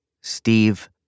Steve